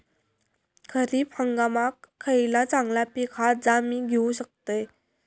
खरीप हंगामाक खयला चांगला पीक हा जा मी घेऊ शकतय?